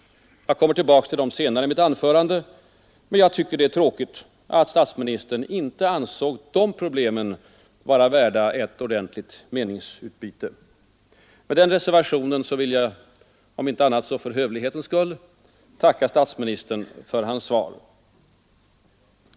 Jag kommer tillbaks till dem senare i mitt anförande, men jag tycker att det är tråkigt att statsministern inte ansåg dessa problem vara värda ett ordentligt meningsutbyte. Med den reservationen vill jag, om inte annat så för hövlighetens skull, tacka statsministern för hans svar.